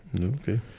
Okay